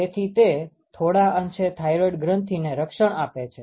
તેથી તે થોડા અંશે થાઈરોઈડ ગ્રંથીને રક્ષણ આપે છે